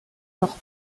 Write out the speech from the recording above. leur